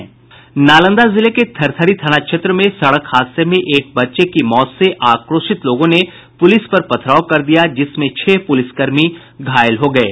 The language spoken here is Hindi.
नालंदा जिले के थरथरी थाना क्षेत्र में सड़क हादसे में एक बच्चे की मौत से आक्रोशित लोगों ने पुलिस पर पथराव कर दिया जिसमें छह पुलिसकर्मी घायल हो गये